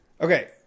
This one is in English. Okay